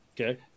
Okay